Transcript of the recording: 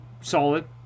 solid